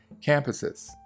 campuses